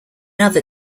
other